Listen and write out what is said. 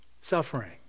suffering